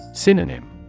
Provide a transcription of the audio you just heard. Synonym